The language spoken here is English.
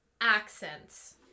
Accents